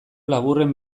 laburren